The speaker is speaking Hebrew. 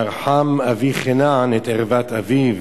"וירא חם אבי כנען את ערות אביו